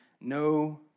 no